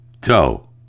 toe